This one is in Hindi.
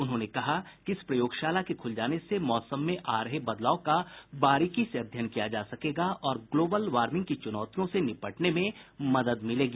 उन्होंने कहा कि इस प्रयोगशाला के खुल जाने से मौसम में आ रहे बदलाव का बारीकी से अध्ययन किया जा सकेगा और ग्लोबल वार्मिंग की चुनौतियों से निपटने में मदद मिलेगी